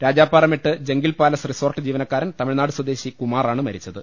Rajappara Mettu Jungle Palace resort ജീവനക്കാരൻ തമിഴ്നാട് സ്വദേശി കുമാറാണ് മരിച്ചത്